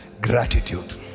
Gratitude